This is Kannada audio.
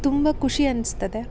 ತುಂಬ ಖುಷಿ ಅನ್ನಿಸ್ತದೆ